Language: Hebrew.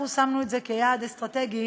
אנחנו שמנו את זה כיעד אסטרטגי